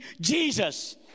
jesus